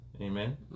amen